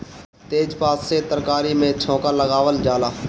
तेजपात से तरकारी में छौंका लगावल जाला